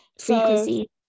Frequency